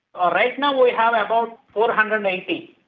ah right now we have about four hundred and eighty.